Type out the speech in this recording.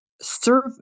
serve